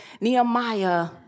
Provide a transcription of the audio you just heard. Nehemiah